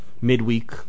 midweek